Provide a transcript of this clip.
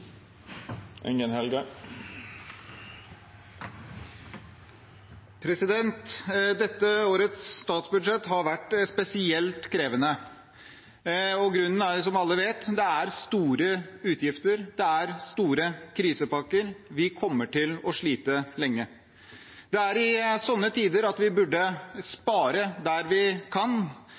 Dette årets statsbudsjett har vært spesielt krevende. Grunnen er, som alle vet, at det er store utgifter, det er store krisepakker – vi kommer til å slite lenge. Det er i sånne tider at vi burde spare der vi kan,